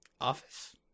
Office